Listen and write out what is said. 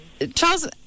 Charles